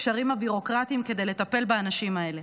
הקשרים הביורוקרטיים ולטפל באנשים האלה.